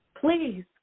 Please